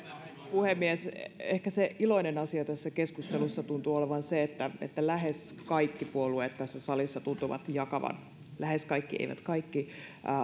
puhemies ehkä se iloinen asia tässä keskustelussa tuntuu olevan se että lähes kaikki puolueet tässä salissa tuntuvat jakavan lähes kaikki eivät kaikki